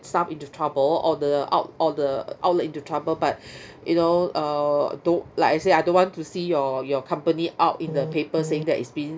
staff into trouble or the out or the outlet into trouble but you know err don't like I say I don't want to see your your company out in the papers saying that it's being